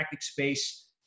space